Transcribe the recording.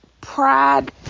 pride